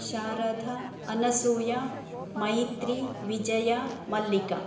Sharada Anasuya Maitri Vijaya Mallika